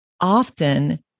often